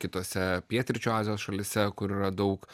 kitose pietryčių azijos šalyse kur yra daug